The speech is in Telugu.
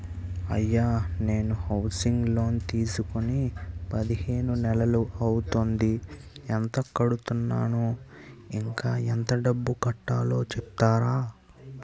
అయ్యా నేను హౌసింగ్ లోన్ తీసుకొని పదిహేను నెలలు అవుతోందిఎంత కడుతున్నాను, ఇంకా ఎంత డబ్బు కట్టలో చెప్తారా?